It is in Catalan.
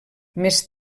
més